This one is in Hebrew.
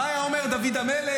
מה היה אומר דוד המלך?